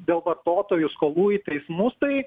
dėl vartotojų skolų į teismus tai